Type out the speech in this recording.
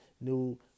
new